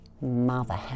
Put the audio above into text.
mother